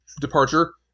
departure